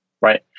Right